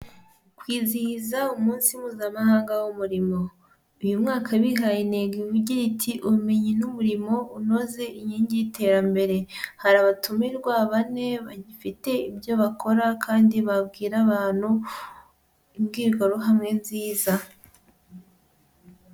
Kwizihiza umunsi mpuzamahanga w'umurimo, uyu mwaka bihaye intego igira iti ubumenyi n'umurimo unoze inkingi y'iterambere, hari abatumirwa bane bafite ibyo bakora kandi babwira abantu imbwirwaruhame nziza.